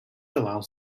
allows